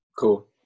Cool